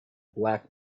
black